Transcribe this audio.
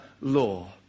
law